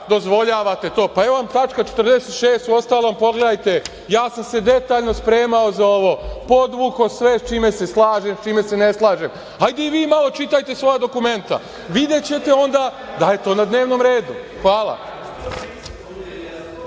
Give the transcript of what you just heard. dozvoljavate to. Pa, evo vam tačka 46. Uostalom, pogledajte. Ja sam se detaljno spremao za ovo, podvukao sve sa čime se slažem, sa čime se ne slažem. Hajde i vi malo čitajte svoja dokumenta. Videćete onda da je to na dnevnom redu. hvala.